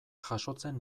jasotzen